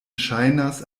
ŝajnas